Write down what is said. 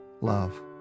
love